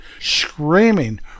screaming